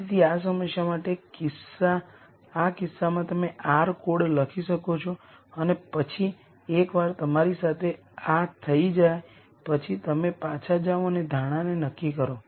તેથી આ સમસ્યા માટે આ કિસ્સામાં તમે આર કોડ લખી શકો છો અને પછી એકવાર તમારી સાથે આ થઈ જાય પછી તમે પાછા જાઓ અને ધારણાને નક્કી કરો